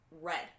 red